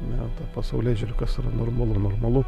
na ta pasaulėžiūra kas yra normalu normalu